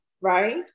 right